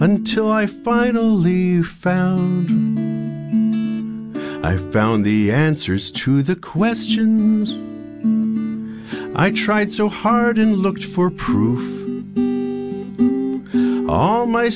until i finally found i found the answers to the question i tried so hard and looked for proof all my